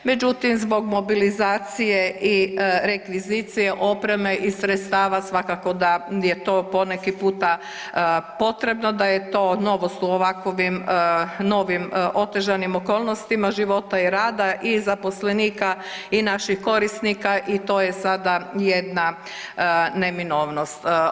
Međutim, zbog mobilizacije i rekvizicije opreme i sredstava svakako da je to poneki puta potrebno, da je to novost u ovakovim novim otežanim okolnostima života i rada i zaposlenika i naših korisnika i to je sada jedna neminovnost.